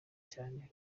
cyane